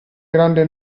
grande